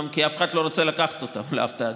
כי אף אחד לא רוצה לקחת אותן לאף תאגיד.